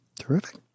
Terrific